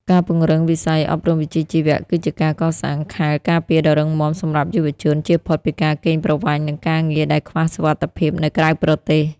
ការពង្រឹងវិស័យអប់រំវិជ្ជាជីវៈ គឺជាការកសាងខែលការពារដ៏រឹងមាំសម្រាប់យុវជន ជៀសផុតពីការកេងប្រវ័ញ្ច និងការងារដែលខ្វះសុវត្ថិភាពនៅក្រៅប្រទេស។